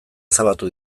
ezabatu